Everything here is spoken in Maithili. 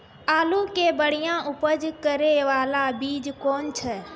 आलू के बढ़िया उपज करे बाला बीज कौन छ?